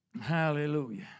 Hallelujah